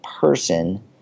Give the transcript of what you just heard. person